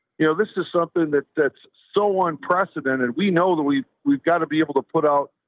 you know, this is something that that's so unprecedented. we know that we we've gotta be able to put out,